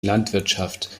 landwirtschaft